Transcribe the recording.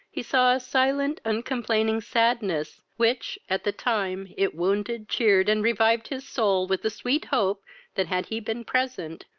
he saw a silent uncomplaining sadness, which, at the time it wounded, cheered and revived his soul with the sweet hope that, had he been present,